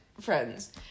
friends